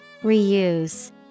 Reuse